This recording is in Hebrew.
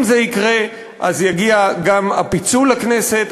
אם זה יקרה, אז יגיע גם הפיצול לכנסת.